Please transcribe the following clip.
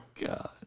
God